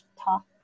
talk